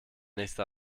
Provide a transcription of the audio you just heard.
nächste